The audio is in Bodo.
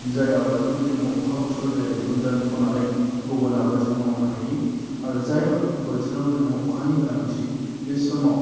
जाय आबादखौ जोङो अखा बोथोराव जाया बेखौ दोन्थ'नानै गुबुन आबा जों मावनो हायो आरो जाय बोथोराव जोंनो अखानि गोनांथि बे समाव